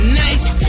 nice